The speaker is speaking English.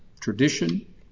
tradition